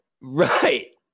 Right